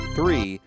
Three